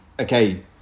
Okay